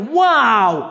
wow